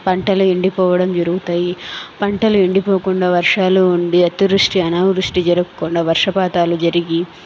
పంటలు ఎండిపోవడం జరుగుతాయి పంటలు ఎండిపోకుండా వర్షాలు ఉండి అతివృష్టి అనావృష్టి జరక్కుండా వర్షపాతాలు జరిగి